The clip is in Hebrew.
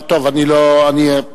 אני לא המשיב,